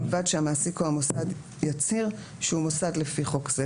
ובלבד שהמעסיק או המוסד יצהיר שהוא מוסד לפי חוק זה.